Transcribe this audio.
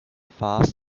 fast